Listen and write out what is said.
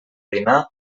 dinar